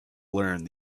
learned